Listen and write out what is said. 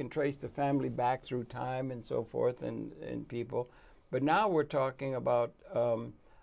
can trace the family back through time and so forth and people but now we're talking about